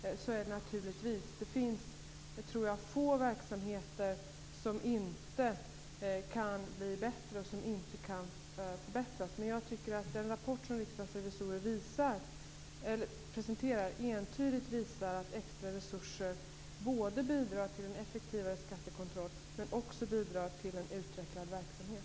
Naturligtvis är det så. Det finns, tror jag, få verksamheter som inte kan bli bättre, som inte kan förbättras. Men jag tycker att den rapport som Riksdagens revisorer presenterar entydigt visar att extra resurser både bidrar till en effektivare skattekontroll och till en utvecklad verksamhet.